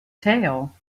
tail